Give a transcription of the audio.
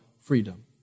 freedom